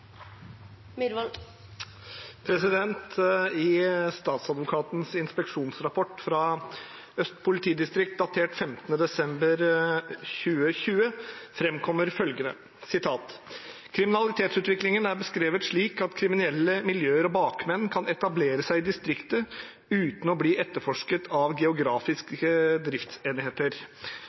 inn i jobb. Det vil også bidra til at vi bevarer små forskjeller. «I statsadvokatens inspeksjonsrapport fra Øst politidistrikt datert 15. desember fremkommer følgende: «Kriminalitetsutviklingen er beskrevet slik at kriminelle miljøer og bakmenn kan etablere seg i distriktet uten å bli etterforsket av